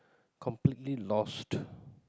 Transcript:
completely lost